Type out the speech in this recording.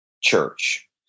church